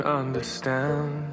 understand